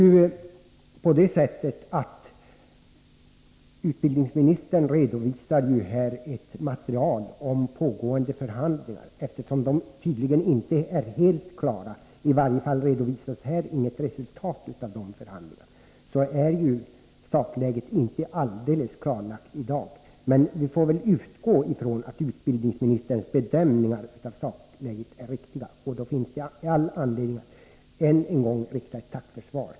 Utbildningsministern redovisar här ett material om pågående förhandlingar. Eftersom dessa förhandlingar tydligen inte är helt klara, i varje fall redovisas inte här något resultat av förhandlingarna, är ju sakläget inte alldeles klarlagt i dag. Men vi får väl utgå från att utbildningsministerns bedömningar av sakläget är riktiga, och då finns det all anledning att än en gång tacka för svaret.